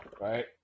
right